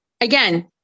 Again